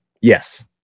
yes